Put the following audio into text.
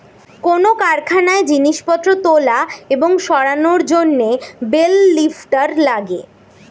কোন কারখানায় জিনিসপত্র তোলা এবং সরানোর জন্যে বেল লিফ্টার লাগে